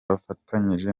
bafatanyije